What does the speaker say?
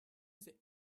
the